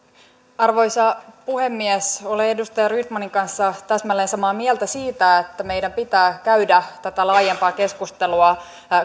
arvoisa puhemies olen edustaja rydmanin kanssa täsmälleen samaa mieltä siitä että meidän pitää käydä tätä laajempaa keskustelua